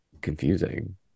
confusing